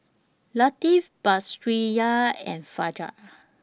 Latif Batrisya and Fajar